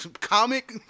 Comic